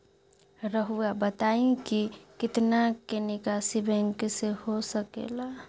रहुआ बताइं कि कितना के निकासी बैंक से हो सके ला?